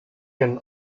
can